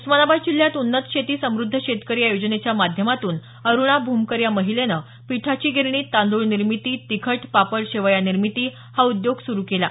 उस्मानाबाद जिल्ह्यात उन्नत शेती समृद्ध शेतकरी या योजनेच्या माध्यमातून अरुणा भूमकर या महिलेनं पिठाची गिरणी तांद्रळ निर्मिती तिखट पापड शेवया निर्मिती हा उद्योग सुरू केला आहे